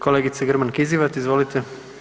Kolegice Grman Kizivat, izvolite.